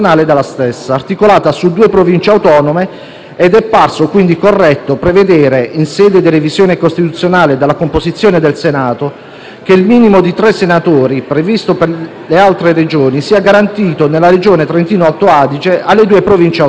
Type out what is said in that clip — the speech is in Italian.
che il minimo di tre senatori previsto per le altre Regioni sia garantito, nella Regione Trentino-Alto Adige, alle due Province autonome. Tale modifica rappresenta peraltro il risultato della valutazione delle posizioni espresse in Parlamento dagli esponenti delle minoranze linguistiche.